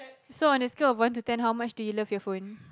so on a scope of one to ten how much do you love your phone